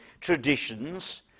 traditions